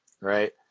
Right